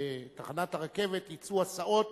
מתחנת הרכבת, יצאו הסעות